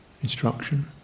instruction